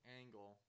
angle